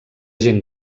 gent